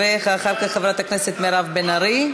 ואחר כך חברת הכנסת מירב בן ארי,